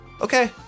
Okay